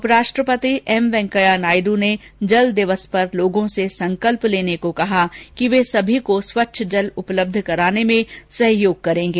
उपराष्ट्रपति एमवेंकैया नायडू ने जल दिवस पर लोगों से संकल्प लेने को कहा कि वे सभी को स्वच्छ जल उपलब्ध कराने में सहयोग करेंगे